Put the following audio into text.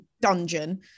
dungeon